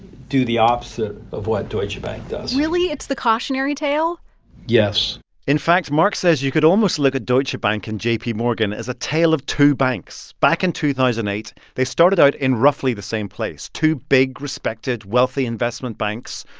do the opposite of what deutsche bank does really? it's the cautionary tale yes in fact, mark says you could almost look at deutsche bank and jpmorgan as a tale of two banks. back in two thousand and eight, they started out in roughly the same place two big, respected, wealthy investment banks.